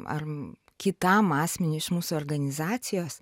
ar kitam asmeniui iš mūsų organizacijos